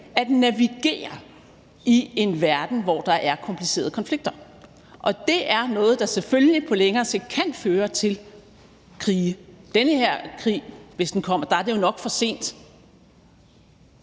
at navigere i en verden, hvor der er komplicerede konflikter. Og det er noget, der selvfølgelig på længere sigt kan føre til krige. I forhold til den her krig, hvis den kommer, er det jo nok for sent.